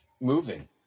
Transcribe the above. moving